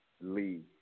Lee